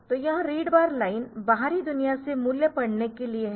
तो यह read bar line बाहरी दुनिया से मूल्य पढ़ने के लिए है